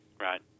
Right